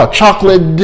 chocolate